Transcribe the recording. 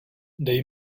dej